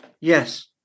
Yes